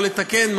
לא לתקן,